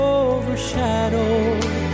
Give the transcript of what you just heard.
overshadowed